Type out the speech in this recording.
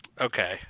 Okay